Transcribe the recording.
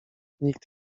nikt